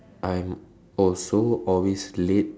I'm also always late